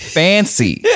fancy